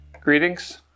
Greetings